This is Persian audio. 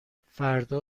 فردا